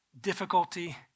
difficulty